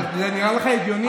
אבל זה נראה לך הגיוני?